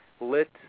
lit